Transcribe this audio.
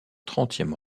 trentième